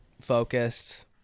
focused